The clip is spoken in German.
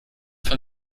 von